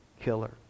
killer